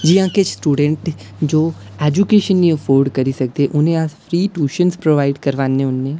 जि'यां किश स्टूडेंट जो ऐजूकेशन नी अफोर्ड करी सकदे उ'नें गी अस फ्री टूयशन प्रोवाइड करवाने होन्ने